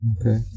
Okay